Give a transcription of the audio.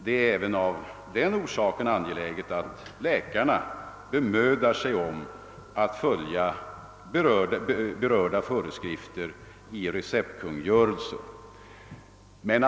Det är även av denna orsak angeläget att läkarna bemödar sig om att följa de föreskrifter i detta avseende som finns i receptkungörelsen.